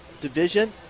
division